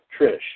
Trish